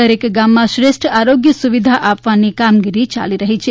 દરેક ગામમાં શ્રેષ્ઠ આરોગ્ય સુવિધા આપવાની કામગીરી ચાલી રહી છે